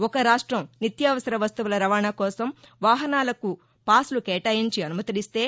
ఒక రాష్టం నిత్యావసర వస్తువుల రవాణా కోసం వాహనాలకు పాస్లు కేటాయించి అనుమతులిస్తే